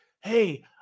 hey